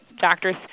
doctors